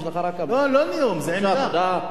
לא, לא נאום, זה עמדה,